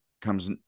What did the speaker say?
comes